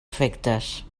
efectes